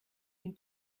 une